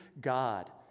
God